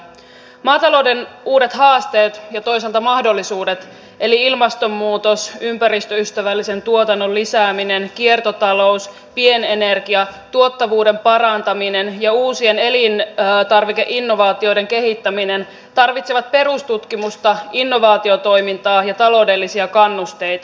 maatalouden uudet haasteet ja toisaalta mahdollisuudet eli ilmastonmuutos ympäristöystävällisen tuotannon lisääminen kiertotalous pienenergia tuottavuuden parantaminen ja uusien elintarvikeinnovaatioiden kehittäminen tarvitsevat perustutkimusta innovaatiotoimintaa ja taloudellisia kannusteita